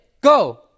go